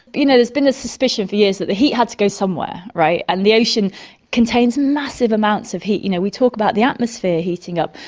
you know has been a suspicion for years that the heat had to go somewhere, and the ocean contains massive amounts of heat. you know, we talk about the atmosphere heating up,